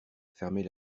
fermer